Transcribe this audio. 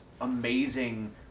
amazing